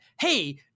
hey